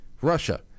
russia